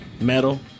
metal